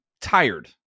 tired